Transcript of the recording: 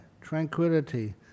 tranquility